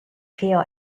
peel